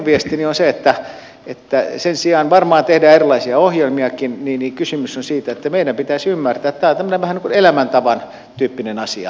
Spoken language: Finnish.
minun viestini on se sen sijaan että varmaan tehdään erilaisia ohjelmiakin että kysymys on siitä että meidän pitäisi ymmärtää että tämä on tämmöinen vähän niin kuin elämäntavan tyyppinen asia